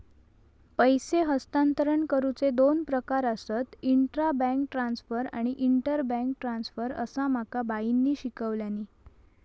पैसे हस्तांतरण करुचे दोन प्रकार आसत, इंट्रा बैंक ट्रांसफर आणि इंटर बैंक ट्रांसफर, असा माका बाईंनी शिकवल्यानी